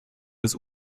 des